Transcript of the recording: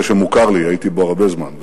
שמוכר לי, הייתי בו הרבה זמן.